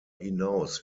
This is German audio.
hinaus